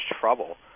trouble